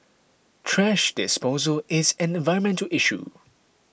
thrash disposal is an environmental issue